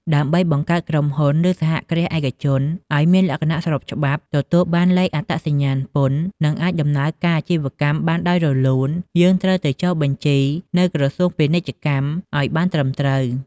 ដើម្បី បង្កើតក្រុមហ៊ុន ឬ សហគ្រាសឯកជនឱ្យមានលក្ខណៈស្របច្បាប់ ទទួលបានលេខអត្តសញ្ញាណពន្ធ និងអាចដំណើរការអាជីវកម្មបានដោយរលូន យើងត្រូវទៅចុះបញ្ជីនៅក្រសួងពាណិជ្ជកម្មអោយបានត្រឹមត្រូវ។